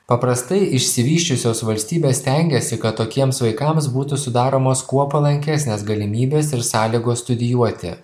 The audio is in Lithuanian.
paprastai išsivysčiusios valstybės stengiasi kad tokiems vaikams būtų sudaromos kuo palankesnės galimybės ir sąlygos studijuoti